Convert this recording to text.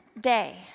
day